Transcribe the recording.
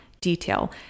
detail